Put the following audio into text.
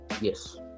Yes